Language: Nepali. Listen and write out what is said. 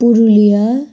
पुरुलिया